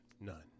None